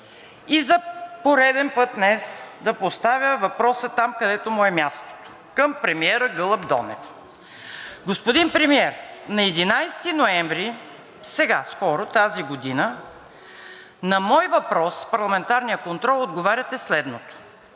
За пореден път днес да поставя въпроса там, където му е мястото – към премиера Гълъб Донев. Господин Премиер, на 11 ноември – сега скоро, тази година на мой въпрос в парламентарния контрол отговаряте следното